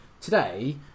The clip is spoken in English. today